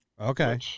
Okay